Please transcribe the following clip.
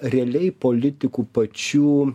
realiai politikų pačių